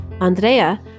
Andrea